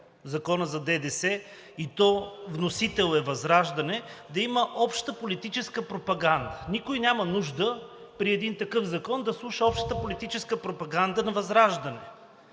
Законът за ДДС, и то вносител е ВЪЗРАЖДАНЕ, да има обща политическа пропаганда. Никой няма нужда при един такъв закон да слуша общата политическа пропаганда на ВЪЗРАЖДАНЕ